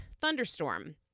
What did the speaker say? thunderstorm